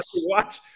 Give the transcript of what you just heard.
watch